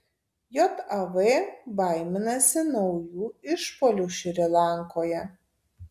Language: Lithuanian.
jav baiminasi naujų išpuolių šri lankoje